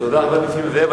תודה, חבר הכנסת נסים זאב.